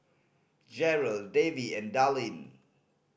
Jarrell Davy and Dallin